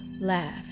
Laugh